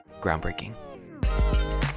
groundbreaking